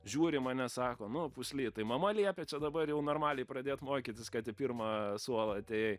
žiūri į mane sako nu pusly tai mama liepė čia dabar jau normaliai pradėt mokytis kad į pirmą suolą atėjai